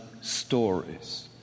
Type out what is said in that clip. stories